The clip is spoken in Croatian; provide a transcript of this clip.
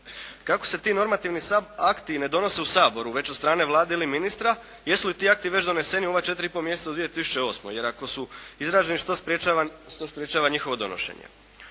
Kako se ti normativni akti i ne donose u Saboru već od strane Vlade ili ministra, jesu li ti akti već doneseni u ova 4,5 mjeseca u 2008.? Jer ako su doneseni, što sprječava njihovo donošenje?